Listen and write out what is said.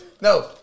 No